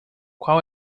qual